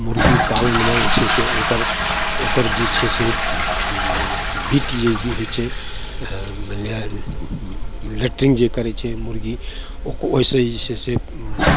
मुर्गी पालनमे जे छै से ओकर ओकर जे छै से बीट जे होइ छै लैट्रिन जे करय छै मुर्गी ओक ओइसँ जे छै से